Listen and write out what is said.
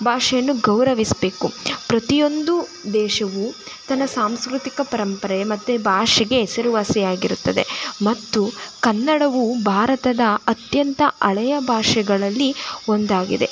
ಭಾಷೆಯನ್ನು ಗೌರವಿಸಬೇಕು ಪ್ರತಿಯೊಂದು ದೇಶವು ತನ್ನ ಸಾಂಸ್ಕೃತಿಕ ಪರಂಪರೆ ಮತ್ತು ಭಾಷೆಗೆ ಹೆಸರುವಾಸಿಯಾಗಿರುತ್ತದೆ ಮತ್ತು ಕನ್ನಡವು ಭಾರತದ ಅತ್ಯಂತ ಹಳೆಯ ಭಾಷೆಗಳಲ್ಲಿ ಒಂದಾಗಿದೆ